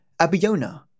Abiona